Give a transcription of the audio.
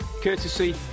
courtesy